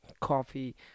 coffee